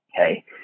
okay